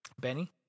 Benny